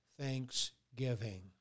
thanksgiving